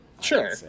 sure